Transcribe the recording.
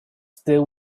still